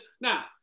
now